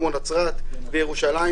כמו נצרת וירושלים,